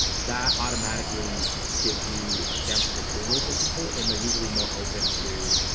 that automatically gives you a sample of approval for people and they're usually more open to